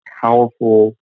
powerful